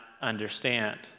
understand